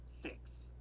six